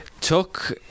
took